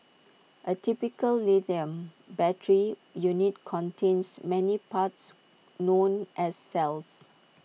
A typical lithium battery unit contains many parts known as cells